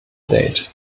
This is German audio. date